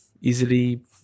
easily